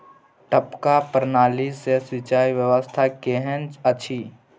टपक प्रणाली से सिंचाई व्यवस्था केहन अछि?